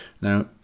Now